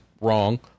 wrong